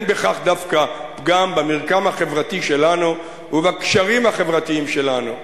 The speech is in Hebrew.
אין בכך דווקא פגם במרקם החברתי שלנו ובקשרים החברתיים שלנו.